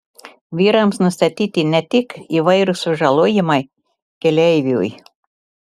vyrams nustatyti ne tik įvairūs sužalojimai keleiviui